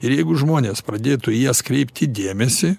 ir jeigu žmonės pradėtų į jas kreipti dėmesį